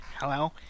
hello